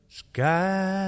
sky